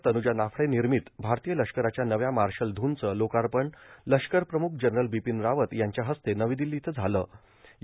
तनुजा नाफडे निर्मित भारतीय लष्कराच्या नव्या मार्शल धूनचं लोकार्पण लष्कर प्रमुख जनरल बिपीन रावत यांच्या हस्ते नवी इथं झालं होतं